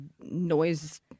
noise